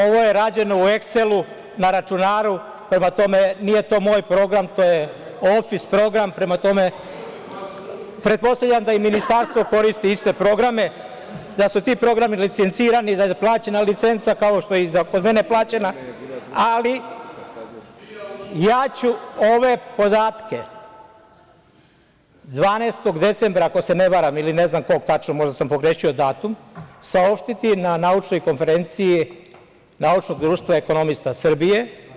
Ovo je rađeno u Excel, na računaru prema tome, nije to moj program to je Office program, prema tome, pretpostavljam da i Ministarstvo koristi iste programe, da su ti programi licencirani, da je plaćena licenca kao što je i kod mene plaćena, ali ja ću ove podatke 12. decembra, ako se ne varam, ili ne znam kog tačno, možda sam pogrešio datum, saopštiti na naučnoj konferenciji Naučnog društva ekonomista Srbije.